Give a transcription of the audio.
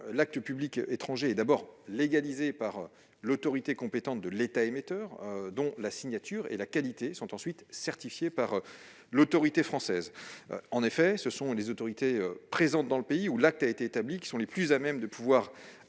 l'acte public étranger est d'abord légalisé par l'autorité compétente de l'État émetteur, dont la signature et la qualité sont ensuite certifiées par l'autorité française. Ce sont en effet les autorités présentes dans le pays où l'acte a été établi qui sont les plus à même de pouvoir